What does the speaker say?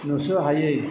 नुस'हायै